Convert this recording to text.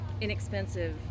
inexpensive